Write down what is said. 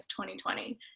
2020